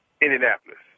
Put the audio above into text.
Indianapolis